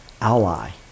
ally